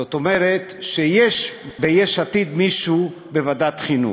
זאת אומרת שיש מישהו מיש עתיד בוועדת החינוך.